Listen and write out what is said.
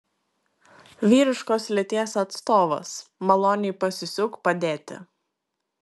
vyriškos lyties atstovas maloniai pasisiūk padėti